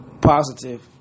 Positive